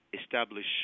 establish